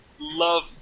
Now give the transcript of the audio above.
love